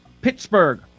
Pittsburgh